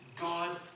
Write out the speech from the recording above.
God